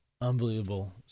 unbelievable